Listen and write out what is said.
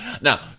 Now